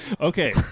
Okay